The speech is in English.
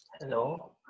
Hello